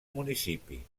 municipi